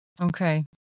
Okay